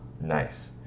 Nice